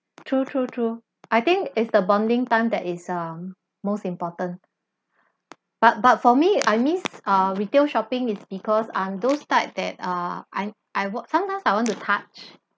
true true true I think is the bonding time that is um most important but but for me I miss uh retail shopping is because I'm those type that uh I I wa~ sometimes I want to touch